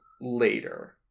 later